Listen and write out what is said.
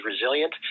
resilient